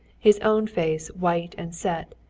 his own face white and set,